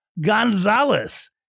Gonzalez